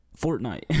Fortnite